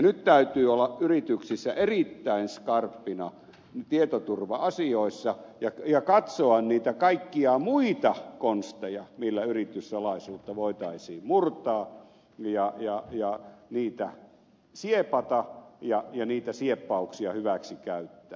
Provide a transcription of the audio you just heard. nyt täytyy olla yrityksissä erittäin skarppina tietoturva asioissa ja katsoa niitä kaikkia muita konsteja millä yrityssalaisuutta voitaisiin murtaa ja niitä siepata ja niitä sieppauksia hyväksikäyttää